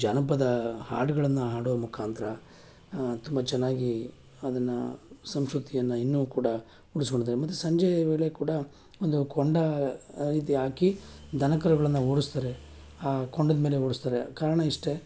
ಜಾನಪದ ಹಾಡುಗಳನ್ನು ಹಾಡೋ ಮುಖಾಂತರ ತುಂಬ ಚೆನ್ನಾಗಿ ಅದನ್ನು ಸಂಸ್ಕೃತಿಯನ್ನು ಇನ್ನೂ ಕೂಡ ಉಳಿಸ್ಕೊಂಡಿದ್ದಾರೆ ಮತ್ತು ಸಂಜೆಯ ವೇಳೆ ಕೂಡ ಒಂದು ಕೊಂಡ ಇದು ಹಾಕಿ ದನಕರುಗಳನ್ನು ಓಡಿಸ್ತಾರೆ ಆ ಕೊಂಡದಮೇಲೆ ಓಡಿಸ್ತಾರೆ ಕಾರಣ ಇಷ್ಟೇ